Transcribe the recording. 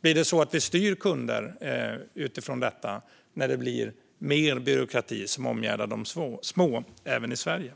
Blir det så att vi styr kunder utifrån detta när det blir mer byråkrati som omgärdar de små även i Sverige?